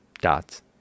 dots